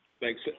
Thanks